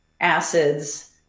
acids